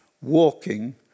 walking